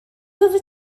oeddet